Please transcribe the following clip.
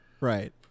Right